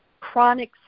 chronic